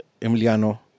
Emiliano